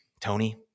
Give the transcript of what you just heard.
Tony